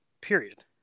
period